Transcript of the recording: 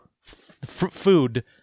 food